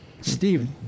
Steve